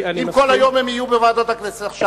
אם כל היום הם יהיו בוועדות הכנסת?